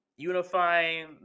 unifying